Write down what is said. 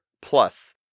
plus